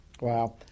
Wow